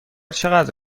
چقدر